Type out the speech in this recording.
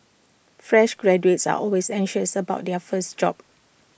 fresh graduates are always anxious about their first job